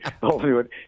Hollywood